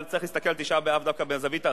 אבל צריך להסתכל על תשעה באב דווקא מהזווית האחרת,